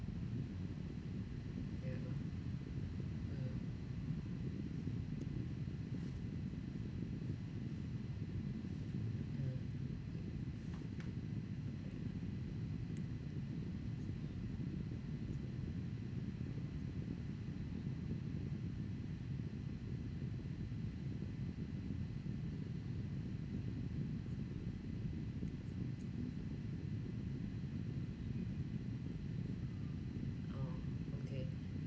yeah mm mm okay